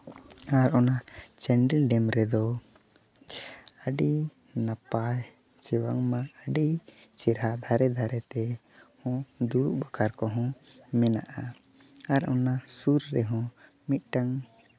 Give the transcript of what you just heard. ᱟᱨ ᱚᱱᱟ ᱪᱟᱱᱰᱤᱞ ᱰᱮᱢ ᱨᱮᱫᱚ ᱟᱹᱰᱤ ᱪᱮ ᱵᱟᱝᱢᱟ ᱟᱹᱰᱤ ᱪᱮᱦᱨᱟ ᱫᱷᱟᱨᱮ ᱫᱷᱟᱨᱮ ᱛᱮ ᱦᱚᱸ ᱫᱩᱲᱩᱵ ᱵᱟᱠᱷᱨᱟ ᱛᱮᱦᱚᱸ ᱢᱮᱱᱟᱜᱼᱟ ᱟᱨ ᱚᱱᱟ ᱥᱩᱨ ᱨᱮᱦᱚᱸ ᱢᱤᱫᱴᱟ ᱝ